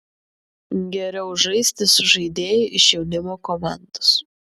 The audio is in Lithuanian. geriau žaisti su žaidėju iš jaunimo komandos